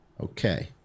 Okay